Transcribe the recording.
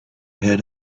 had